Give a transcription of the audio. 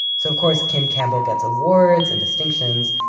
so, of course, kim campbell gets awards and distinctions,